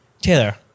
Taylor